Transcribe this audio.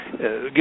give